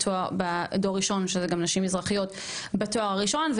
מזרחיות בדור הראשון וגם נשים מזרחיות בתואר הראשון,